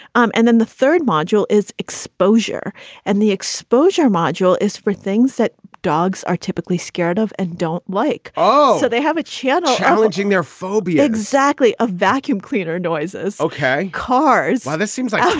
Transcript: um and then the third module is exposure and the exposure module is for things that dogs are typically scared of and don't like oh, so they have a channel challenging their phobia. exactly. a vacuum cleaner noises. ok. cars. this seems like.